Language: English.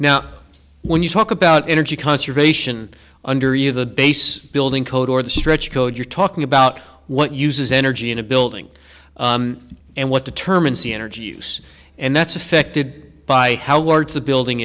now when you talk about energy conservation under you the base building code or the stretch code you're talking about what uses energy in a building and what determines the energy use and that's affected by how large the building